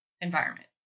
environment